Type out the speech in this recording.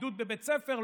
בידוד בבית ספר,